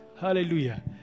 Hallelujah